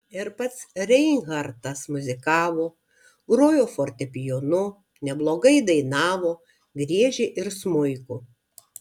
ir pats reinhartas muzikavo grojo fortepijonu neblogai dainavo griežė ir smuiku